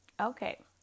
Okay